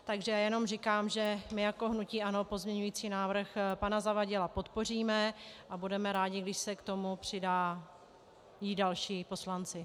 Takže jenom říkám, že my jako hnutí ANO pozměňující návrh pana Zavadila podpoříme a budeme rádi, když se k tomu přidají další poslanci.